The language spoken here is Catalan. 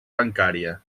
bancària